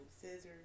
scissors